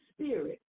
spirit